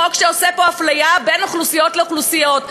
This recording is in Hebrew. חוק שעושה אפליה בין אוכלוסיות לאוכלוסיות,